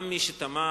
גם מי שתמך,